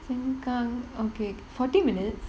sengkang okay forty minutes